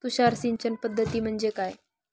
तुषार सिंचन पद्धती म्हणजे काय?